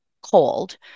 cold